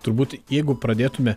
turbūt jeigu pradėtume